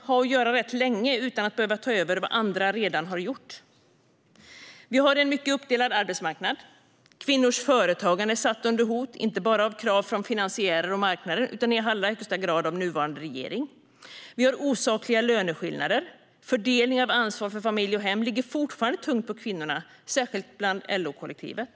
har att göra rätt länge utan att behöva ta över vad andra redan har gjort. Vi har en mycket uppdelad arbetsmarknad. Kvinnors företagande är satt under hot, inte bara av krav från finansiärer och marknaden utan i allra högsta grad av nuvarande regering. Vi har osakliga löneskillnader. Ansvaret för familj och hem ligger fortfarande tungt på kvinnorna, särskilt i LO-kollektivet.